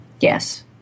Yes